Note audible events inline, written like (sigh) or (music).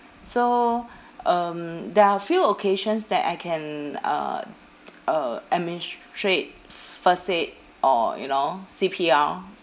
so um there are a few occasions that I can uh (noise) uh administrate f~ first aid or you know C_P_R